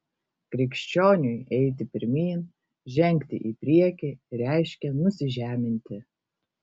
krikščioniui eiti pirmyn žengti į priekį reiškia nusižeminti